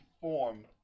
form